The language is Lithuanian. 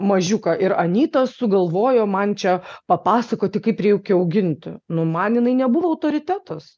mažiuką ir anyta sugalvojo man čia papasakoti kaip jį reikia auginti nu man jinai nebuvo autoritetas